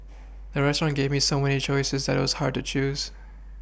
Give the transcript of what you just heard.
the restaurant gave me so many choices that it was hard to choose